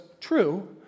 true